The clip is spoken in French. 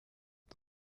est